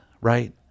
right